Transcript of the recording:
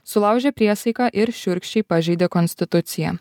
sulaužė priesaiką ir šiurkščiai pažeidė konstituciją